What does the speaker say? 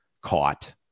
caught